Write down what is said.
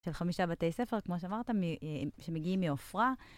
של חמישה בתי ספר, כמו שאמרת, שמגיעים מעופרה.